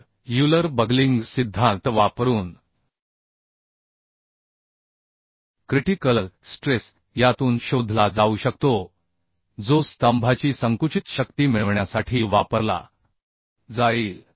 तर Euler buckling सिद्धांत वापरून क्रिटि कल स्ट्रेस यातून शोधला जाऊ शकतो जो स्तंभाची संकुचित शक्ती मिळविण्यासाठी वापरला जाईल